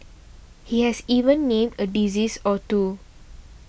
he has even named a disease or two